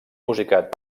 musicat